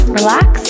relax